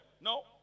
No